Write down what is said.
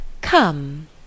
Come